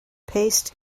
paste